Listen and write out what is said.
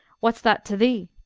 what's that to thee?